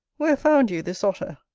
where found you this otter?